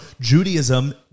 Judaism